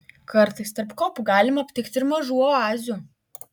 kartais tarp kopų galima aptikti ir mažų oazių